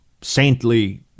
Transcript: saintly